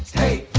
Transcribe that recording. hey.